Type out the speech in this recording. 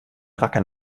rackern